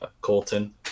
colton